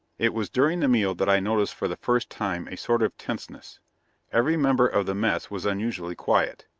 it was during the meal that i noticed for the first time a sort of tenseness every member of the mess was unusually quiet.